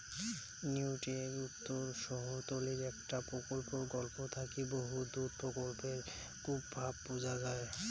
নিউইয়র্কের উত্তর শহরতলীর একটা প্রকল্পর গল্প থাকি বৃহৎ দুধ প্রকল্পর কুপ্রভাব বুঝা যাই